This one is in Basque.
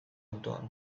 autoan